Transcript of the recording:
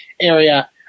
area